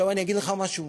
אני אגיד לך משהו.